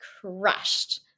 crushed